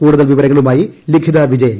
കൂടുതൽ വിവരങ്ങളുമായി ലിഖിത വിജയൻ